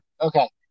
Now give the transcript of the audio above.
Okay